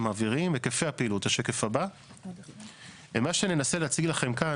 היקפי הפעילות מה שננסה להציג לכם כאן,